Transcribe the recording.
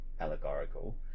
allegorical